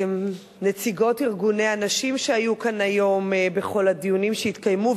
נציגות ארגוני הנשים שהיו כאן היום בכל הדיונים שהתקיימו,